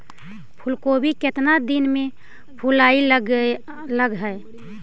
फुलगोभी केतना दिन में फुलाइ लग है?